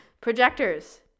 projectors